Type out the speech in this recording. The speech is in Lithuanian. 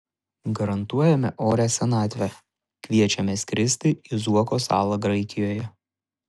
garantuojame orią senatvę kviečiame skristi į zuoko salą graikijoje